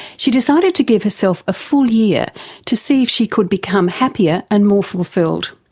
she decided to give herself a full year to see if she could become happier and more fulfilled.